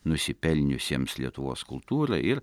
nusipelniusiems lietuvos kultūrai ir